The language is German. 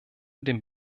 dem